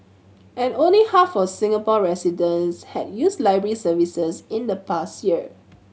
and only half of Singapore residents had used library services in the past year